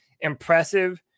impressive